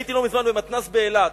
הייתי לא מזמן במתנ"ס באילת,